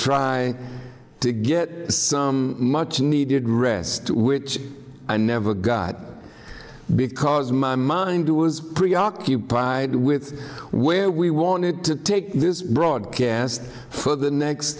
try to get some much needed rest which i never got because my mind was preoccupied with where we wanted to take this broadcast for the next